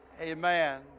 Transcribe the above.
Amen